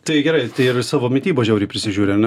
tai gerai ir savo mitybą žiauriai prisižiūri ane